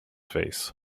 face